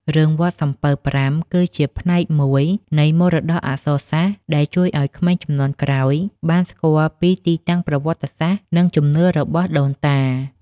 រឿង «វត្តសំពៅប្រាំ» គឺជាផ្នែកមួយនៃមរតកអក្សរសាស្ត្រដែលជួយឱ្យក្មេងជំនាន់ក្រោយបានស្គាល់ពីទីតាំងប្រវត្តិសាស្រ្ត និងជំនឿរបស់ដូនតា។